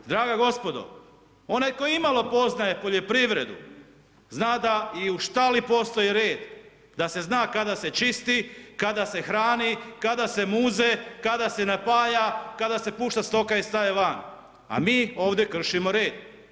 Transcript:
Draga gospodo, onaj koji imalo poznaje poljoprivredu zna da i u štali postoji red, da se zna kada se čisti, kada se hrani, kada se muze, kada se napaja, kada se pušta stoka iz staje van, a mi ovdje kršimo red.